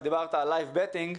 דיברת על "לייב בטינג".